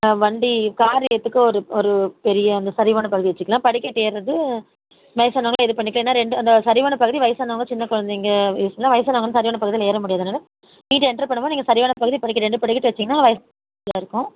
வண்டி காரு ஏற்றுறதுக்கும் ஒரு ஒரு பெரிய அந்த சரிவான பகுதி வச்சுக்கலாம் படிக்கட்டு ஏறுகிறது வயதானவங்க இது பண்ணிக்க ஏன்னால் ரெண்டு அந்த சரிவான பகுதி வயதானவங்க சின்ன குழந்தைங்க யூஸ் பண்ணிக்கலாம் வயதானவங்க சரிவான பகுதியில் ஏற முடியாது அதனால் வீடு என்டர் பண்ணும்போது நீங்கள் சரிவான பகுதி படிக்கட்டு ரெண்டு படிக்கட்டு வச்சுங்கனா வயதானவங்க நல்லாயிருக்கும்